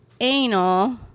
anal